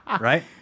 right